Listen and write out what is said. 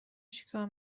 چیکار